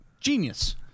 Genius